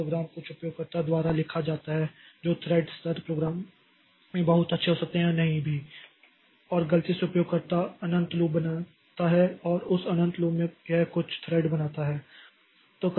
तो प्रोग्राम कुछ उपयोगकर्ता द्वारा लिखा जाता है जो थ्रेड स्तर प्रोग्रामिंग में बहुत अच्छे हो सकते हैं या नहीं भी और गलती से उपयोगकर्ता अनंत लूप बनाता है और उस अनंत लूप में यह कुछ थ्रेड बनाता है